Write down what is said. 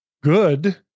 good